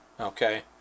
okay